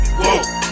whoa